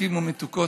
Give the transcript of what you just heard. מתוקים ומתוקות.